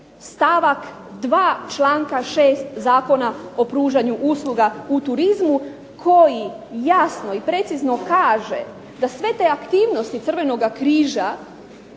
stavak 2. članka 6. Zakona o pružanju usluga u turizmu koji jasno i precizno kaže da sve te aktivnosti Crvenog križa